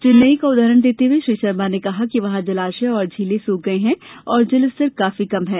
चेन्नई का उदाहरण देते हुए श्री शर्मा ने कहा कि वहां जलाशय और झीलें सुख गई हैं और जलस्तर काफी कम है